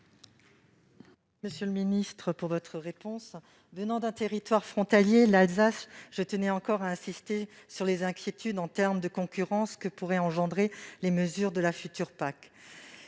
monsieur le ministre. Venant d'un territoire frontalier, l'Alsace, je tenais encore à insister sur les inquiétudes en termes de concurrence que pourraient engendrer les mesures de la future PAC.